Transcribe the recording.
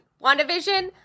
WandaVision